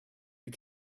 you